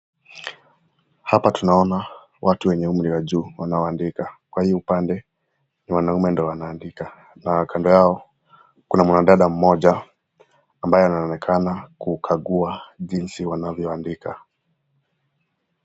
Hapa tunaona watu wenye umri wa juu wanaoaandika, kwa hii upande ni wanaume ndio wanaandika na kando yao kuna mwanadada mmoja ambaye anaonekana kukagua jinsi wanavyoandika.